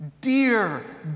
Dear